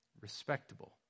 respectable